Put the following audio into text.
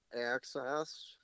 access